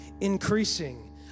increasing